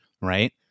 right